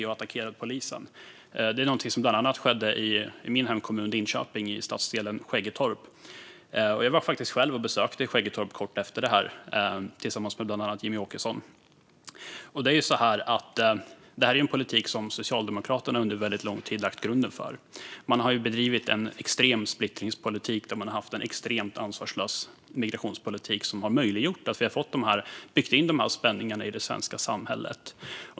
Detta skedde bland annat i min hemkommun Linköping, i stadsdelen Skäggetorp. Jag besökte själv Skäggetorp kort efter detta tillsammans med bland annat Jimmie Åkesson. Detta är en situation som Socialdemokraternas politik under väldigt lång tid lagt grunden för. Man har bedrivit en extrem splittringspolitik och en extremt ansvarslös migrationspolitik som möjliggjort att vi har fått och byggt in dessa spänningar i det svenska samhället.